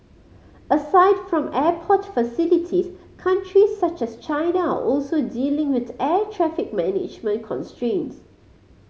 aside from airport facilities countries such as China are also dealing with air traffic management constraints